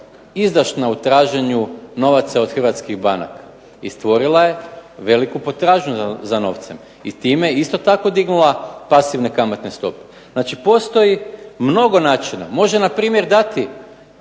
izdašna u traženju novaca od hrvatskih banaka i stvorila je veliku potražnju za novcem i time isto tako dignula pasivne kamatne stope. Znači postoji mnogo načina. Može npr. dati